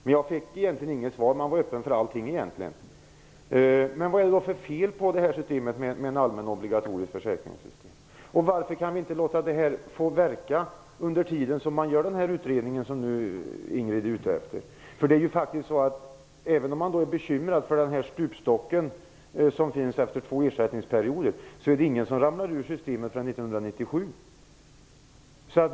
Men hon gav egentligen inget svar. Hon var öppen för allting. Vad är det då för fel på systemet med en allmän obligatorisk arbetslöshetsförsäkring? Varför kan inte detta system få verka under den tid som det tar att göra denna utredning som Ingrid Burman är ute efter? Även om man är bekymrad över den stupstock som finns efter två ersättningsperioder, är det ingen som ramlar ur systemet förrän 1997.